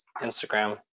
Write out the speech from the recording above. Instagram